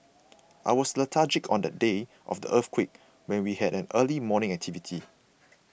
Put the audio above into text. I was lethargic on the day of the earthquake when we had an early morning activity